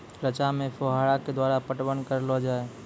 रचा मे फोहारा के द्वारा पटवन करऽ लो जाय?